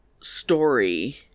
story